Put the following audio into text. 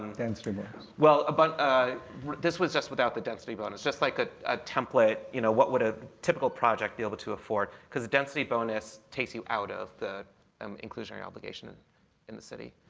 um density bonus. well, but ah this was just without the density bonus, just like ah a template. you know, what would a typical project be able to afford because a density bonus takes you out of the um inclusionary obligation in the city.